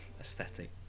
aesthetic